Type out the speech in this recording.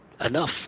enough